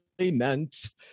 meant